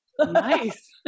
nice